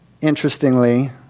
Interestingly